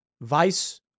Vice